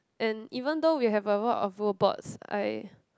and even though we have a lot of robots I